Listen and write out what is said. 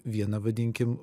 vieną vadinkim